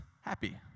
happy